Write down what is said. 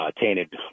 tainted